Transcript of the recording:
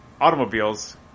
automobiles